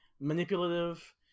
manipulative